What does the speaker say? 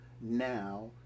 now